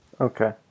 Okay